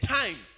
time